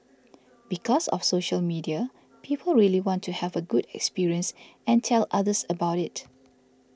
because of social media people really want to have a good experience and tell others about it